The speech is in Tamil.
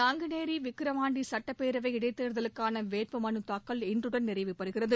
நாங்குனேரி விக்கிரவாண்டி சட்டப்பேரவை இடைத்தேர்தலுக்கான வேட்புமலு தாக்கல் இன்றுடன் முடிவடைகிறது